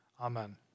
Amen